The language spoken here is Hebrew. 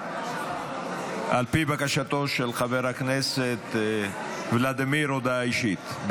על פי בקשתו של חבר הכנסת ולדימיר, הודעה אישית.